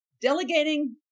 Delegating